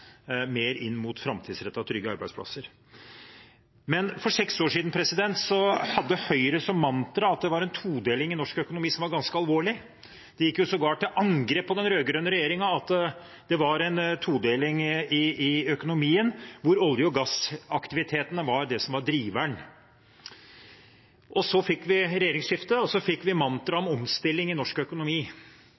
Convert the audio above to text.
mer inn mot framtidsrettede og trygge arbeidsplasser. For seks år siden hadde Høyre som mantra at det var en todeling i norsk økonomi som var ganske alvorlig. De gikk sågar til angrep på den rød-grønne regjeringen med at det var en todeling i økonomien, hvor olje- og gassaktiviteten var det som var driveren. Så fikk vi et regjeringsskifte, og vi fikk mantraet om omstilling i norsk økonomi.